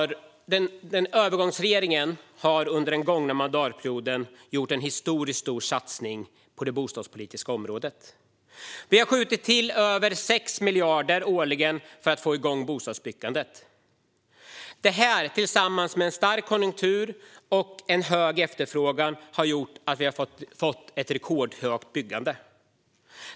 Regeringen har under den gångna mandatperioden gjort en historiskt stor satsning på det bostadspolitiska området. Vi har skjutit till över 6 miljarder årligen för att få igång bostadsbyggandet. Det har tillsammans med en stark konjunktur och stor efterfrågan gjort att vi har fått ett rekordstort bostadsbyggande.